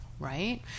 Right